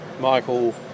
Michael